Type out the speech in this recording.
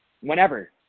whenever